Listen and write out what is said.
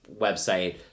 website